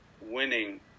winning